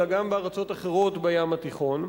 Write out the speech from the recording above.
אלא גם בארצות אחרות בים התיכון.